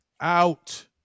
Out